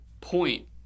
point